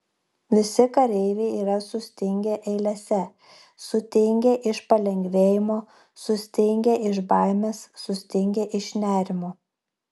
visi kareiviai yra sustingę eilėse sutingę iš palengvėjimo sustingę iš baimės sustingę iš nerimo